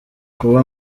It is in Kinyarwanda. kuba